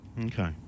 Okay